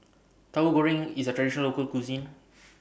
Tahu Goreng IS A Traditional Local Cuisine